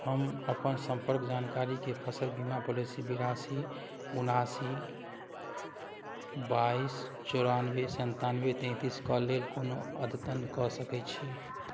हम अपन सम्पर्क जानकारीके फसिल बीमा पॉलिसी बेरासी उनासी बाइस चौरानवे सनतानवे तेँतिसके लेल कोनो अद्यतन कऽ सकै छी